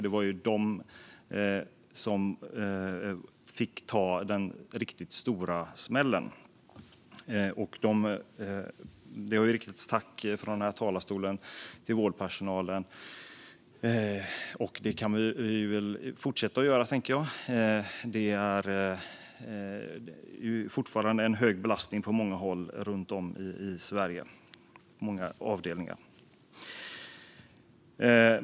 Det var ju de som fick ta den riktigt stora smällen. Det har riktats tack från den här talarstolen till vårdpersonalen, och det kan vi fortsätta att göra. Det är fortfarande en hög belastning på många avdelningar på många håll runt om i Sverige.